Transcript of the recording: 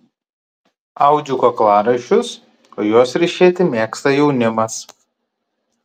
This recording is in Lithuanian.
audžiu kaklaraiščius o juos ryšėti mėgsta jaunimas